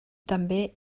també